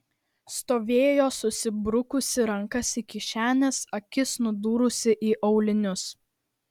stovėjo susibrukusi rankas į kišenes akis nudūrusi į aulinius